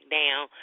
down